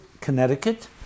Connecticut